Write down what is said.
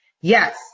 Yes